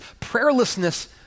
Prayerlessness